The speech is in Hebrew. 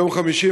ביום חמישי,